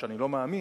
ואני לא מאמין,